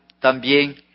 también